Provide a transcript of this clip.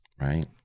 right